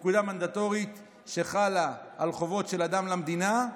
זאת פקודה מנדטורית שחלה על חובות של אדם למדינה,